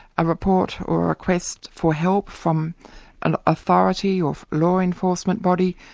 a report or request for help from an authority of law enforcement body,